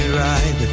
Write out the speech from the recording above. right